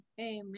amen